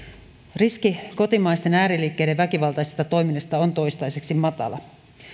riski kotimaisten ääriliikkeiden väkivaltaisesta toiminnasta on toistaiseksi matala